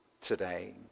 today